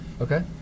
Okay